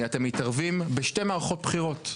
מתערבים בשתי מערכות בחירות: